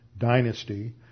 dynasty